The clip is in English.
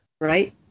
right